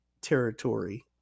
territory